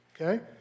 okay